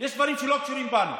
יש דברים שלא קשורים בנו.